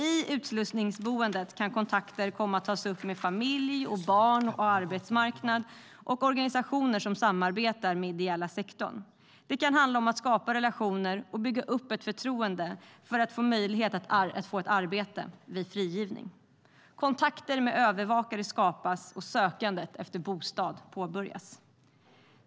I utslussningsboendet kan kontakter komma att tas upp med familj, barn och arbetsmarknad samt organisationer som samarbetar med den ideella sektorn. Det kan handla om att skapa relationer och bygga upp ett förtroende för att få möjlighet att få ett arbete vid frigivning. Kontakter med övervakare skapas, och sökandet efter bostad påbörjas.